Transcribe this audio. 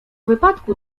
wypadku